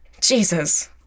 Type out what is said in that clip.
Jesus